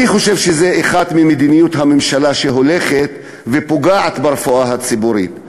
אני חושב שזו מדיניות של הממשלה שהולכת ופוגעת ברפואה הציבורית,